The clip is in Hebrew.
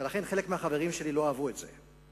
לכן חלק מהחברים שלי לא אהבו את זה,